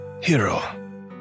Hero